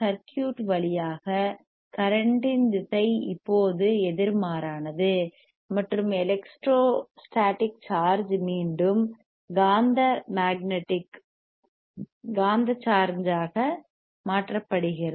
circuit வழியாக current இன் திசை இப்போது எதிர்மாறானது மற்றும் எலெக்ட்ரோஸ்டாடிக் சார்ஜ் மீண்டும் காந்த மக்நெடிக் சார்ஜ் ஆக மாற்றப்படுகிறது